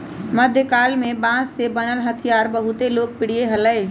मध्यकाल में बांस से बनल हथियार बहुत लोकप्रिय हलय